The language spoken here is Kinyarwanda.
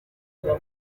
buzima